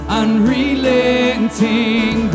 unrelenting